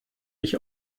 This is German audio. ich